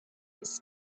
this